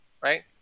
right